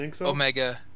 Omega